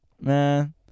Man